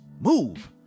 Move